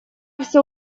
все